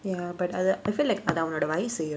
ya but அது:athu I feel like அது அவனோட வயசு:athu avanoda vayasu